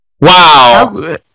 Wow